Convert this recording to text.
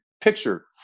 picture